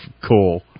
cool